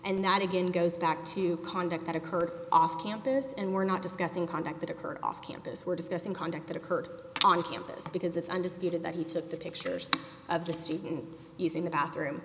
that again goes back to conduct that occurred off campus and we're not discussing conduct that occurred off campus we're discussing conduct that occurred on campus because it's undisputed that he took the pictures of the student using the bathroom